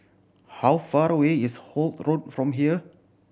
how far away is Holt Road from here